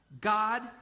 God